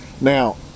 Now